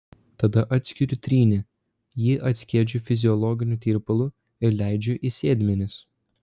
tada atskiriu trynį jį atskiedžiu fiziologiniu tirpalu ir leidžiu į sėdmenis